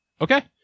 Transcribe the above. Okay